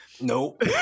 Nope